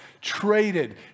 traded